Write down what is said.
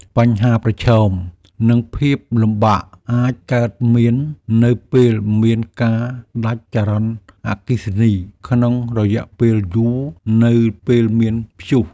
បញ្ហាប្រឈម និងភាពលំបាកអាចកើតមាននៅពេលមានការដាច់ចរន្តអគ្គិសនីក្នុងរយៈពេលយូរនៅពេលមានព្យុះ។